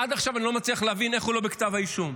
עד עכשיו אני לא מצליח להבין איך הוא לא בכתב האישום.